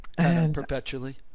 perpetually